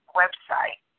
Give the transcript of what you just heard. website